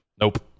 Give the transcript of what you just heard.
Nope